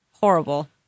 Horrible